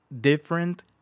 different